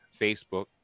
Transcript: Facebook